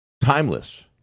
Timeless